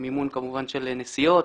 מימון של נסיעות.